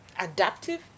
adaptive